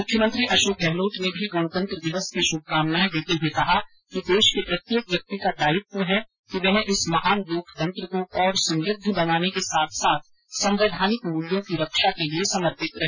मुख्यमंत्री अशोक गहलोत ने भी गणतंत्र दिवस की शुभ कामनाएं देते हुए कहा है कि देश के प्रत्येक व्यक्ति का दायित्व है कि वह इस महान लोकतंत्र को और समृद्ध बनाने के साथ साथ संवैधानिक मूल्यों की रक्षा के लिये समर्पित रहे